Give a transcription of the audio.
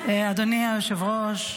אדוני היושב-ראש,